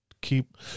Keep